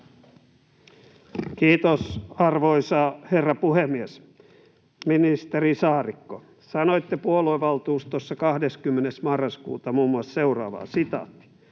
Kiitos, arvoisa herra puhemies! Ministeri Saarikko, sanoitte puoluevaltuustossa 20. marraskuuta muun muassa seuraavaa: